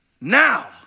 now